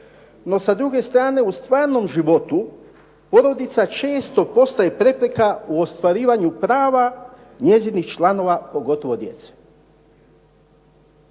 no sa druge strane u stvarnom životu porodica često postaje prepreka u ostvarivanju prava njezinih članova pogotovo djece.